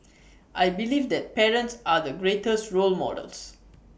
I believe that parents are the greatest role models